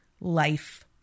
life